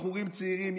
בחורים צעירים,